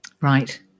Right